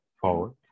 forward